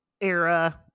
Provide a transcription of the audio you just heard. era